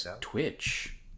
Twitch